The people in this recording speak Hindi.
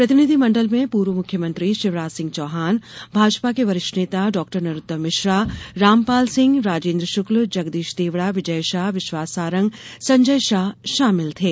प्रतिनिधिमंडल में पूर्व मुख्यमंत्री शिवराजसिंह चौहान भाजपा के वरिष्ठ नेता डॉ नरोत्तम मिश्रा रामपाल सिंह राजेन्द्र श्क्ल जगदीश देवड़ा विजय शाह विश्वास सारंग संजय शाह शामिल थे